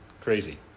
Crazy